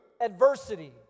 adversity